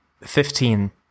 Fifteen